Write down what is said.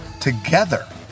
together